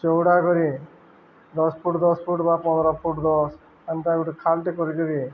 ଚଉଡ଼ା କରି ଦଶ୍ ଫୁଟ୍ ଦଶ୍ ଫୁଟ୍ ବା ପନ୍ଦ୍ର ଫୁଟ୍ ଦଶ୍ ଏନ୍ତା ଗୁଟେ ଖାଲ୍ଟେ କରିକିରି